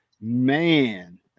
man